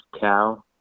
cow